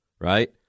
right